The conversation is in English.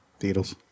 Beatles